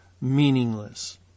meaningless